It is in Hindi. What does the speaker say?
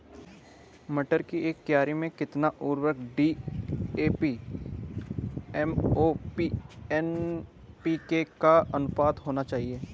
मटर की एक क्यारी में कितना उर्वरक डी.ए.पी एम.ओ.पी एन.पी.के का अनुपात होना चाहिए?